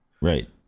Right